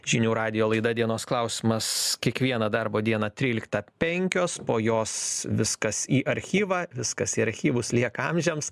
žinių radijo laida dienos klausimas kiekvieną darbo dieną tryliktą penkios po jos viskas į archyvą viskas į archyvus lieka amžiams